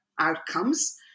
outcomes